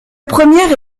première